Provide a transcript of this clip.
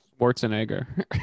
Schwarzenegger